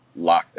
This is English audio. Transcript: lockdown